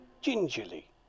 gingerly